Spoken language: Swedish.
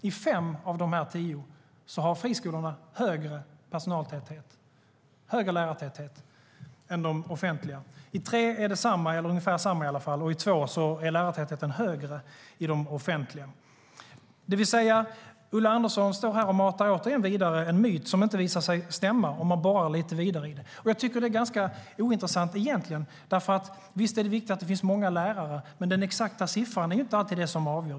I fem av de tio har friskolorna högre lärartäthet än de offentliga, i tre är det samma eller i alla fall ungefär samma lärartäthet och i två är lärartätheten högre i de offentliga. Det vill säga att Ulla Andersson återigen står här och för vidare en myt som inte visar sig stämma om man borrar lite vidare i detta. Jag tycker egentligen att detta är ganska ointressant. Visst är det viktigt att det finns många lärare, men det är inte alltid den exakta siffran som avgör.